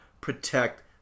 Protect